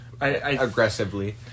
aggressively